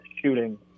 shooting